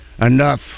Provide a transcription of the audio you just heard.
enough